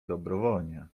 dobrowolnie